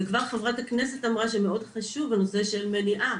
וכבר חברת הכנסת אמרה שמאוד חשוב הנושא של מניעה.